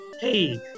Hey